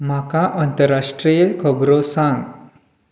म्हाका अंतरराष्ट्रीय खबरो सांग